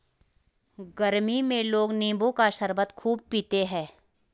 गरमी में लोग नींबू का शरबत खूब पीते है